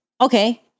okay